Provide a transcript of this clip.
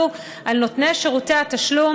ולחייב את נותני שירותי התשלום